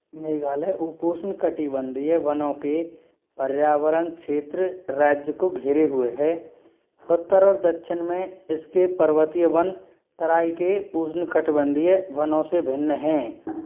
मेघालय उपोष्ण कटिबंधीय वनों के पर्यावरण क्षेत्र राज्य को घेरे हुए है उत्तर और दक्षिण में इसके पर्वतीय वन तराई के उष्णकटिबंधीय वनों से भिन्न हैं